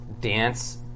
dance